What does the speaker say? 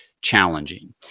challenging